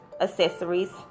accessories